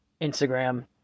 Instagram